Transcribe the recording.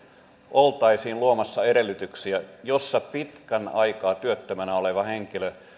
oltaisiin luomassa edellytyksiä jossa pitkän aikaa työttömänä oleva henkilö